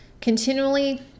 continually